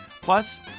Plus